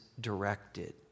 directed